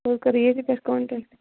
تٚیٚلہِ کرو ییٚتہِ پٮ۪ٹھ کَنٹٮ۪کٹ